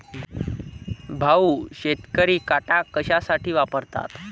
भाऊ, शेतकरी काटा कशासाठी वापरतात?